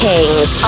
Kings